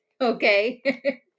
okay